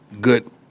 good